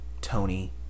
Tony